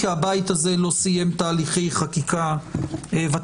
אם כי הבית הזה לא סיים תהליכי חקיקה ותיקים